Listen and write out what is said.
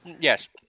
Yes